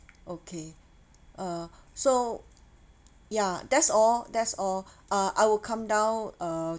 okay uh so ya that's all that's all uh I will come down uh